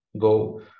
go